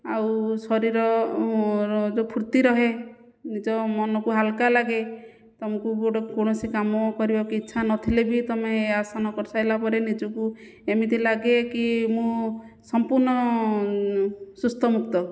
ଆଉ ଶରୀର ଯେଉଁ ଫୁର୍ତ୍ତି ରହେ ନିଜ ମନକୁ ହାଲକା ଲାଗେ ତୁମକୁ ଗୋଟେ କୌଣସି କାମ କରିବାକୁ ଇଚ୍ଛା ନଥିଲେ ବି ତୁମେ ଏ ଆସନ କରିସାରିଲାପରେ ନିଜକୁ ଏମିତି ଲାଗେ କି ମୁଁ ସମ୍ପୂର୍ଣ୍ଣ ସୁସ୍ଥ ମୁକ୍ତ